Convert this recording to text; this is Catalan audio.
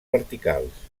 verticals